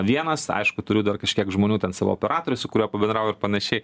vienas aišku turiu dar kažkiek žmonių ten savo operatorių su kuriuo pabendrauju ir panašiai